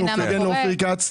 הוא פרגן לאופיר כץ.